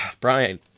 Brian